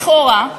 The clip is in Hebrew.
לכאורה,